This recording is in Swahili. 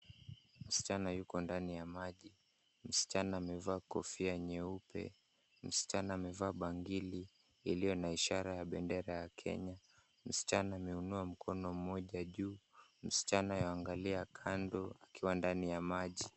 Msichana yuko ndani ya maji, amevaa kofia nyeupe na bangili iliyo na ishara ya bendera ya Kenya. Ameinua mkono mmoja juu, akiangalia kando akiwa ndani ya maji.